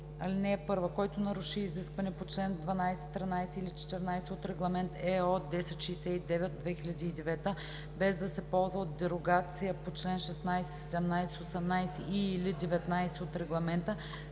471б. (1) Който наруши изискване по чл. 12, 13 или 14 от Регламент (ЕО) № 1069/2009, без да се ползва от дерогация по чл. 16, 17, 18 и/или 19 от Регламента,